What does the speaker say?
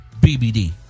BBD